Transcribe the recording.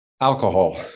Alcohol